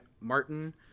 martin